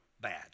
bad